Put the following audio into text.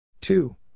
Two